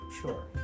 sure